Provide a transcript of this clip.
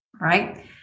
Right